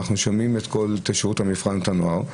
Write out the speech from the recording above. ואנחנו את שירות המבחן, את הנוער.